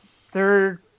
third